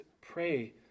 pray